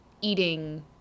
eating